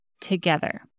together